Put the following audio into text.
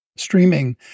Streaming